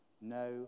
no